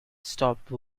stopped